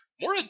More